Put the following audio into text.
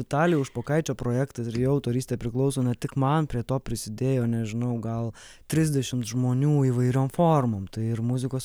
vitalijaus špokaičio projektas ir jo autorystė priklauso na tik man prie to prisidėjo nežinau gal trisdešimt žmonių įvairiom formom tai ir muzikos